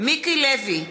מיקי לוי,